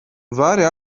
vari